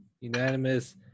Unanimous